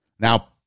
Now